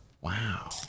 Wow